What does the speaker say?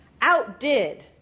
outdid